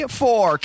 four